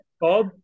Bob